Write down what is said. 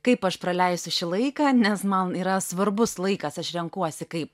kaip aš praleisiu šį laiką nes man yra svarbus laikas aš renkuosi kaip